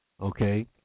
okay